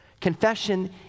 Confession